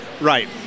Right